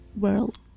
world